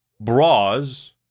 bras